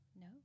No